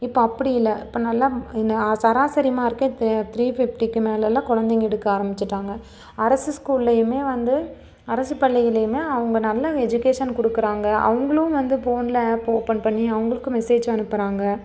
இப்போ அப்படி இல்லை இப்போ நல்லா என்ன சராசரி மார்க்கே த த்ரீ ஃபிஃப்டிக்கு மேலேலாம் குலந்தைங்க எடுக்க ஆரம்மிச்சிட்டாங்க அரசு ஸ்கூல்லையுமே வந்து அரசு பள்ளியிலேயுமே அவங்க நல்லா எஜுகேஷன் கொடுக்குறாங்க அவங்களும் வந்து ஃபோன்ல ஆப் ஓப்பன் பண்ணி அவங்களுக்கு மெஸேஜ் அனுப்புகிறாங்க